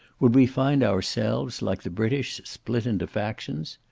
would we find ourselves, like the british, split into factions?